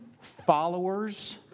followers